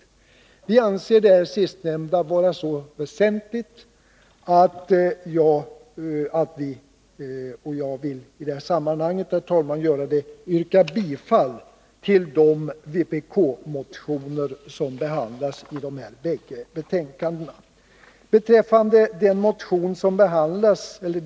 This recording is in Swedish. Vi anser det sistnämnda vara så väsentligt att jag i det här sammanhanget vill yrka bifall till de vpk-motioner som behandlas i dessa båda betänkanden.